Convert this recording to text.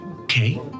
okay